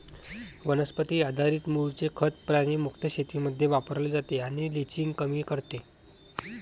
वनस्पती आधारित मूळचे खत प्राणी मुक्त शेतीमध्ये वापरले जाते आणि लिचिंग कमी करते